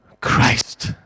Christ